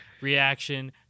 reaction